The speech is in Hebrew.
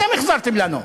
אתם החזרתם לנו.